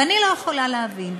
ואני לא יכולה להבין,